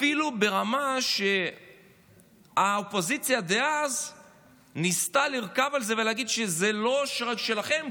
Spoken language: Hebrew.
אפילו ברמה שהאופוזיציה דאז ניסתה לרכוב על זה ולהגיד: זה לא רק שלכם,